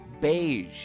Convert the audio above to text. Beige